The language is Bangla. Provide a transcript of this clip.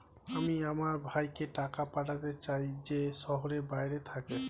আমি আমার ভাইকে টাকা পাঠাতে চাই যে শহরের বাইরে থাকে